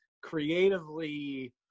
creatively